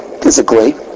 Physically